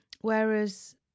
Whereas